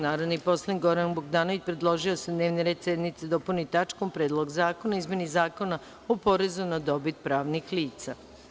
Narodni poslanik Goran Bogdanović predložio je da se dnevni red sednice dopuni tačkom – Predlog zakona o izmeni Zakona o porezu na dobit pravnih lica.